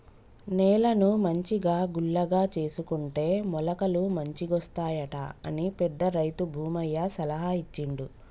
నేలను మంచిగా గుల్లగా చేసుకుంటే మొలకలు మంచిగొస్తాయట అని పెద్ద రైతు భూమయ్య సలహా ఇచ్చిండు